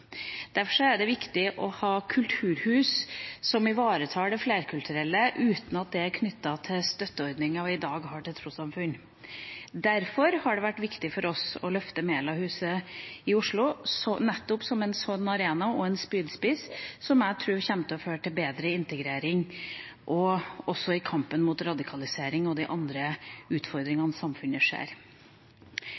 ha kulturhus som ivaretar det flerkulturelle uten at det er knyttet til støtteordninga vi i dag har til trossamfunn. Derfor har det vært viktig for oss å løfte Melahuset i Oslo nettopp som en slik arena og som en spydspiss, som jeg tror kommer til å føre til bedre integrering og ha betydning i kampen mot radikalisering og andre utfordringer som vi ser